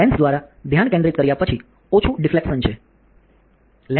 lens દ્વારા ધ્યાન કેન્દ્રિત કર્યા પછી ઓછું ડિફ્લેક્શન છે